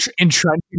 entrenching